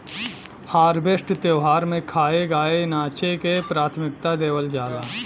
harvest त्यौहार में खाए, गाए नाचे के प्राथमिकता देवल जाला